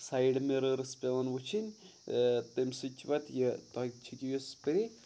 سایڈٕ مِرٲرٕس پٮ۪وَان وٕچھِنۍ تمہِ سۭتۍ چھِ پَتہٕ یہِ تۄہہِ چھُ کِیُس سٕپرٛے